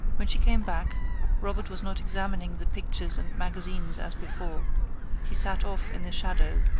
when she came back robert was not examining the pictures and magazines as before he sat off in the shadow,